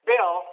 Bill